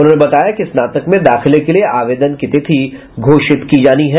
उन्होंने बताया कि स्नातक में दाखिले के लिये आवेदन की तिथि घोषित की जानी है